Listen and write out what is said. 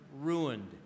ruined